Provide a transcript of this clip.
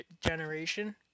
generation